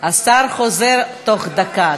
השר חוזר בתוך דקה.